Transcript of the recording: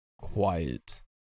Quiet